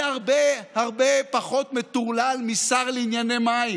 זה הרבה הרבה פחות מטורלל משר לענייני מים.